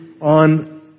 on